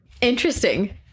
Interesting